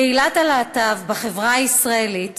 קהילת הלהט"ב בחברה הישראלית